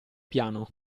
piano